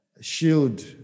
shield